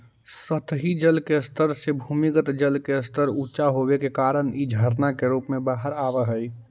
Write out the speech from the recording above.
सतही जल के स्तर से भूमिगत जल के स्तर ऊँचा होवे के कारण इ झरना के रूप में बाहर आवऽ हई